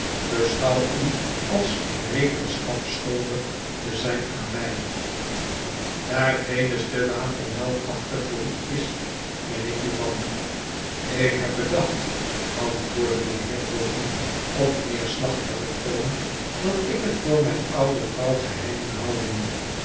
beschouw u als rekenschap schuldig te zijn aan mij daar venus te waterenmelkachtig voor u is ben ik uw man ik heb bedacht antwoordde de heer bofïin opneerslachdgen toon dat ik het voor mijne oude vrouw geheim moet houden